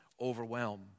overwhelm